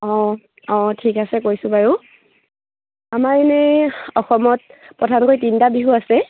অঁ অঁ ঠিক আছে কৈছোঁ বাৰু আমাৰ এনেই অসমত প্ৰধানকৈ তিনিটা বিহু আছে